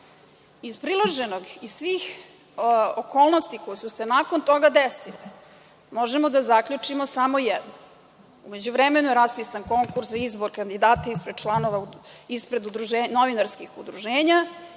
Iz priloženog i svih okolnosti koje su se nakon toga desile možemo da zaključimo samo jedno – u međuvremenu je raspisan konkurs za izbor kandidata ispred članova novinarskih udruženja